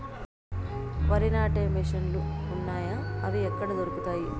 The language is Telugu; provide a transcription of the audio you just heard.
వరి నాటే మిషన్ ను లు వున్నాయా? అవి ఎక్కడ దొరుకుతాయి?